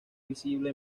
visible